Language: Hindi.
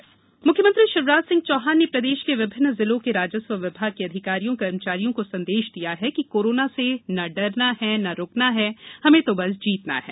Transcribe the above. सीएम संदेश मुख्यमंत्री शिवराज सिंह चौहान ने प्रदेश के विभिन्न जिलों के राजस्व विभाग के अधिकारियों कर्मचारियों को संदेश दिया है कि कोरोना से न डरना है न रूकना है हमें तो बस जीतना है